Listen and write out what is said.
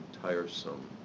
tiresome